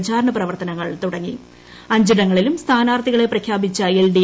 പ്രചാരണ പ്രവർത്തനങ്ങൾ അഞ്ചിടങ്ങളിലും സ്ഥാനാർത്ഥികളെ പ്രഖ്യാപിച്ച എൽഡ്ഡീ